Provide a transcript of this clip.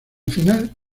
final